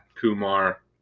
Kumar